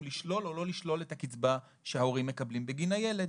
לשלול או לא לשלול את הקצבה שההורים מקבלים בגין הילד.